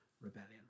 rebellion